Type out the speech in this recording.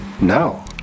No